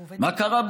והוא עובד, מה פתאום.